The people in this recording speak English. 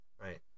right